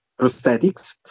prosthetics